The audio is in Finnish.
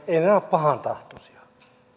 eivät ne ole pahantahtoisia